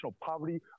poverty